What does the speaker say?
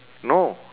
no